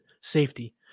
safety